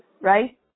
Right